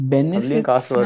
Benefits